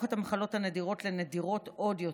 את המחלות הנדירות לנדירות עוד יותר.